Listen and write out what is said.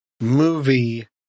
movie